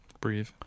Breathe